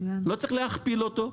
לא צריך להכפיל אותו,